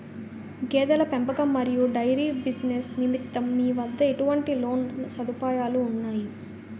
గేదెల పెంపకం మరియు డైరీ బిజినెస్ నిమిత్తం మీ వద్ద ఎటువంటి లోన్ సదుపాయాలు ఉన్నాయి?